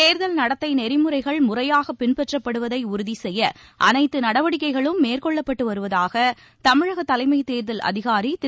தேர்தல் நடத்தை நெறிமுறைகள் முறையாக பின்பற்றப்படுவதை உறுதி செய்ய அனைத்து நடவடிக்கைகளும் மேற்கொள்ளப்பட்டு வருவதாக தமிழக தலைமைத் தோதல் அதிகாரி திரு